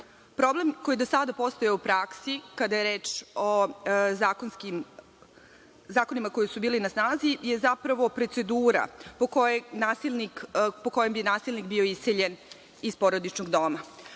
rad. Problem koji je do sada postojao u praksi, kada je reč o zakonima koji su bili na snazi, je zapravo procedura po kojoj bi nasilnik bio iseljen iz porodičnog